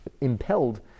impelled